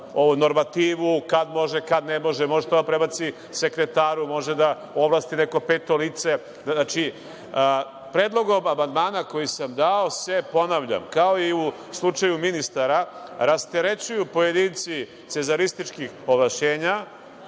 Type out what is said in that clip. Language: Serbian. neku normativu kad može, kad ne može, može to da prebaci sekretaru, može da ovlasti neko peto lice. Predlogom amandmana koji sam dao se, ponavljam, kao i u slučaju ministara, rasterećuju pojedinci cezarističkih povlašćenja,